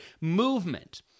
movement